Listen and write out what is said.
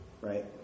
right